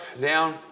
down